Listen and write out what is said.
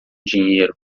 dinheiro